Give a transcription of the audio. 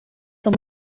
são